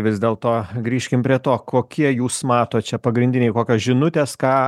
vis dėlto grįžkim prie to kokie jūs matot čia pagrindiniai kokios žinutės ką